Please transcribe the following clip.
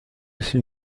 aussi